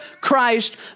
Christ